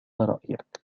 رأيك